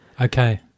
Okay